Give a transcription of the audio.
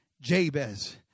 Jabez